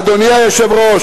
אדוני היושב-ראש,